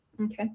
okay